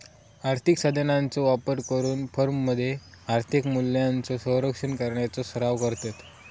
आर्थिक साधनांचो वापर करून फर्ममध्ये आर्थिक मूल्यांचो संरक्षण करण्याचो सराव करतत